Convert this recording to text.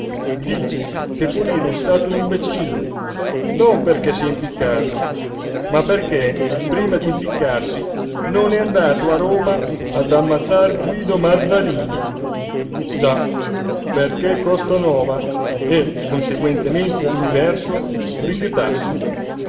dice che pulino è stato un imbecille non perché si è impiccato ma perché prima di impiccarsi non è andato a roma ad ammazzar guido mazzarini già perché costanova e conseguentemente l'universo rifiatasse